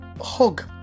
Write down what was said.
hug